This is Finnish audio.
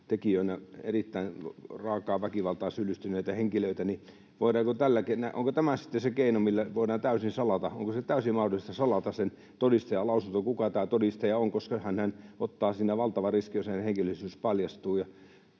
tekijöinä erittäin raakaan väkivaltaan syyllistyneitä henkilöitä, niin onko tämä sitten se keino, millä voidaan täysin salata? Onko täysin mahdollista salata sen todistajan lausunto ja se, kuka tämä todistaja on? Hänhän ottaa siinä valtavan riskin, jos hänen henkilöllisyytensä paljastuu,